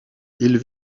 ils